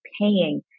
paying